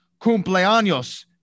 cumpleaños